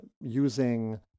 using